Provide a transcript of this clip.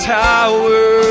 tower